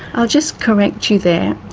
i'll just correct you there.